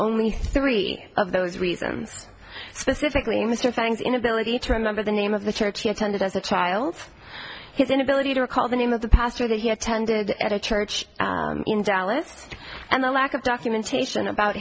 only three of those reasons specifically mr bangs inability to remember the name of the church he attended as a child his inability to recall the name of the pastor that he attended at a church dallas and the lack of documentation about